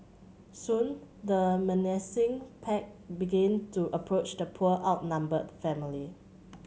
soon the menacing pack began to approach the poor outnumbered family